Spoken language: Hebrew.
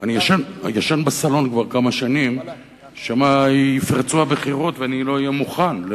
אני ישן בסלון כבר כמה שנים שמא יפרצו הבחירות ואני לא אהיה מוכן לרגע.